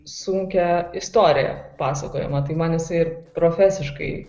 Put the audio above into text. sunkią istoriją pasakojamą tai man jisai profesiškai